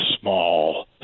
small